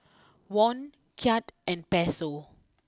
Won Kyat and Peso